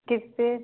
किससे